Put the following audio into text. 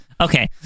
Okay